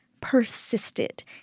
persisted